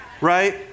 Right